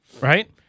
right